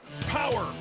Power